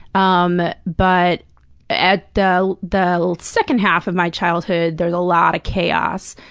um but at the the second half of my childhood, there's a lot of chaos.